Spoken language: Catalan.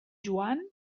joan